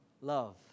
love